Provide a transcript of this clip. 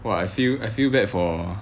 !wah! I feel I feel bad for